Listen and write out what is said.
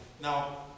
Now